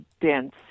dense